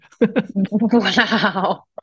Wow